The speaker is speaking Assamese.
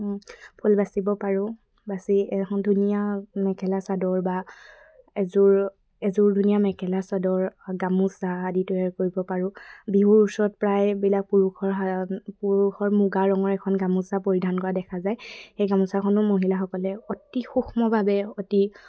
ফুল বাচিব পাৰোঁ বাচি এখন ধুনীয়া মেখেলা চাদৰ বা এযোৰ এযোৰ ধুনীয়া মেখেলা চাদৰ গামোচা আদি তৈয়াৰ কৰিব পাৰোঁ বিহুৰ ওচৰত প্ৰায়বিলাক পুৰুষৰ পুৰুষৰ মুগা ৰঙৰ এখন গামোচা পৰিধান কৰা দেখা যায় সেই গামোচাখনো মহিলাসকলে অতি সূক্ষ্মভাৱে অতি